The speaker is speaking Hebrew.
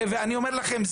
ואני אומר לכם,